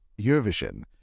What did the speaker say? Eurovision